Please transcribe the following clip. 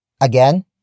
Again